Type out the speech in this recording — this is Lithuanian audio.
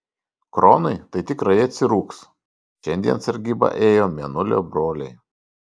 kronui tai tikrai atsirūgs šiandien sargybą ėjo mėnulio broliai